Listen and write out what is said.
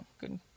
Good